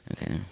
Okay